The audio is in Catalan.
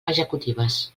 executives